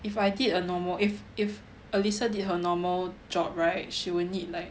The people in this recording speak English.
if I did a normal if if Elisa did her normal job right she will need like